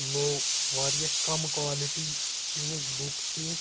لو واریاہ کَم کالِٹی یِہنٛز بُک چھِ یہٕ